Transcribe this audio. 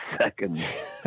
seconds